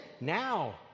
Now